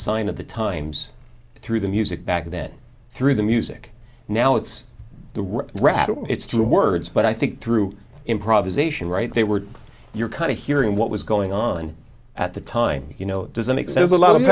sign of the times through the music back then through the music now it's the rattle it's two words but i think through improvisation right they were your kind of hearing what was going on at the time you know it doesn't make sense a lot of